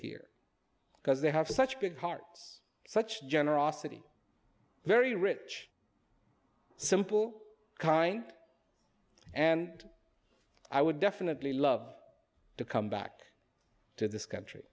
here because they have such big hearts such generosity very rich simple kind and i would definitely love to come back to this country